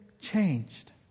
changed